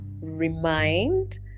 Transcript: remind